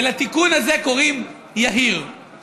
ולתיקון הזה קוראים יהיר,